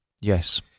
Yes